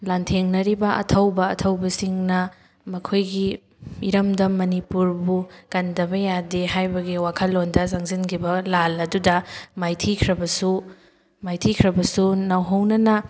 ꯂꯥꯟꯊꯦꯡꯅꯔꯤꯕ ꯑꯊꯧꯕ ꯑꯊꯧꯕꯤꯁꯤꯡꯅ ꯃꯈꯣꯏꯒꯤ ꯏꯔꯝꯗꯝ ꯃꯅꯤꯄꯨꯔꯕꯨ ꯀꯟꯗꯕ ꯌꯥꯗꯦ ꯍꯥꯏꯕꯒꯤ ꯋꯥꯈꯜꯂꯣꯟꯗ ꯆꯪꯁꯤꯟꯈꯤꯕ ꯂꯥꯟ ꯑꯗꯨꯗ ꯃꯥꯏꯊꯤꯈ꯭ꯔꯕꯁꯨ ꯃꯥꯏꯊꯤꯈ꯭ꯔꯕꯁꯨ ꯅꯧꯍꯧꯅꯅ